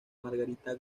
margarita